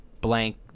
blank